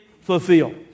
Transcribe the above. fulfilled